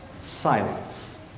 silence